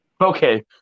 Okay